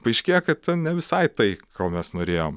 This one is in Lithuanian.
paaiškėja kad ten ne visai tai ko mes norėjom